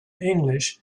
english